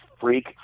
freak